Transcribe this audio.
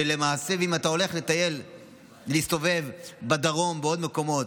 אם אתה הולך להסתובב בדרום ובעוד מקומות,